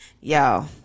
Y'all